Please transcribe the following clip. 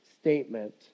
statement